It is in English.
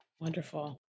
Wonderful